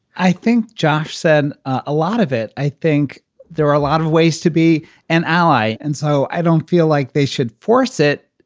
i think josh said a lot of it. i think there are a lot of ways to be an ally. and so i don't feel like they should force it.